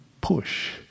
push